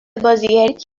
بازیگریت